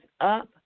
up